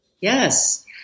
Yes